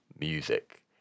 music